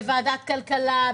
בוועדת הכלכלה,